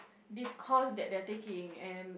this course that they are taking and